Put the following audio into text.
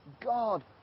God